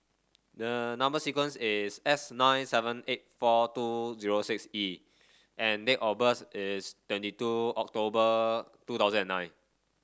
the number sequence is S nine seven eight four two zero six E and date of birth is twenty two October two thousand and nine